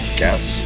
guess